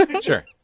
Sure